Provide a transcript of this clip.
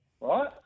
right